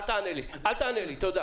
אל תענה לי, תודה.